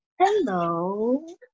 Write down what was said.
Hello